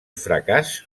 fracàs